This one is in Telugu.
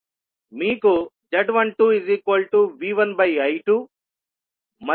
మీకు z12V1I2 మరియు z22V2I2 లభిస్తాయి